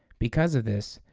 because of this,